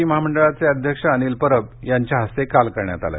T महामंडळाचे अध्यक्ष अनिल परब यांच्या हस्ते काल करण्यात आलं